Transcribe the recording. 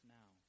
now